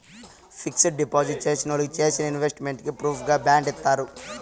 fixed deposit చేసినోళ్ళకి చేసిన investment కి ప్రూఫుగా బాండ్ ఇత్తారు